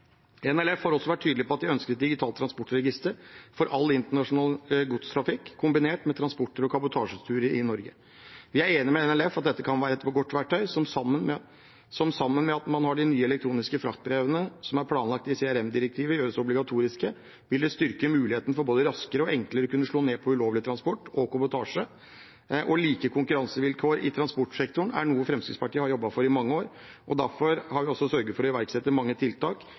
NLF har også vært tydelige på at de ønsker et digitalt transportregister for all internasjonal godstrafikk kombinert med transport og kabotasjeturer i Norge. Vi er enig med NLF i at dette kan være et godt verktøy, som sammen med at de nye elektroniske fraktbrevene som er planlagt i CRM-direktivet, gjøres obligatoriske, vil styrke muligheten for både raskere og enklere å kunne slå ned på ulovlig transport og kabotasje. Like konkurransevilkår i transportsektoren er noe Fremskrittspartiet har jobbet for i mange år. Derfor har vi også sørget for å iverksette mange tiltak.